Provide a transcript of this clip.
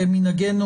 כמנהגנו,